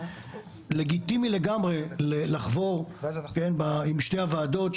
לגיטימי לגמרי לחבור עם שתי הוועדות,